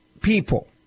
people